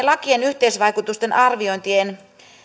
lakien yhteisvaikutusten arviointien